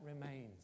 remains